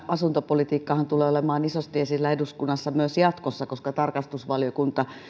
asuntopolitiikkahan tulee olemaan isosti esillä eduskunnassa myös jatkossa koska tarkastusvaliokunta